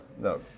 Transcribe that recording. No